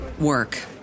work